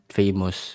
famous